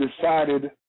decided